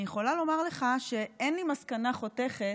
אני יכולה לומר לך שאין לי מסקנה חותכת,